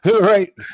Right